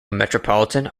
metropolitan